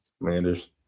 Commanders